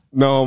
no